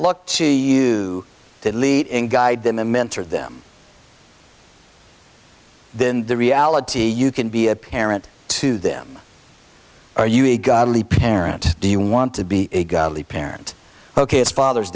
look to you delete and guide them the mentor them then the reality you can be a parent to them are you a godly parent do you want to be the parent ok it's father's